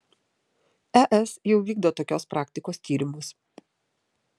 es jau vykdo tokios praktikos tyrimus